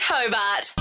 Hobart